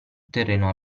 terreno